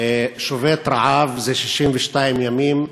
שובת רעב זה 62 ימים,